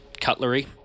cutlery